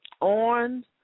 on